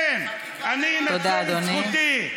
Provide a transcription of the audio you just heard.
כן, אני אנצל את זכותי.